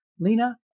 Lena